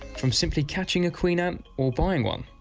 from simply catching a queen ah ant or buying one.